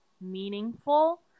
meaningful